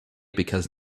because